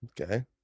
Okay